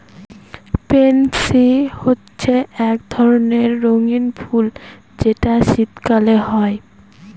pansy হচ্ছে এক ধরণের রঙ্গীন ফুল যেটা শীতকালে হয়